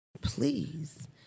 Please